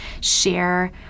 share